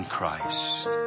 Christ